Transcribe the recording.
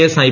S I